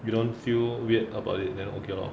you don't feel weird about it then okay lor